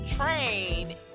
Train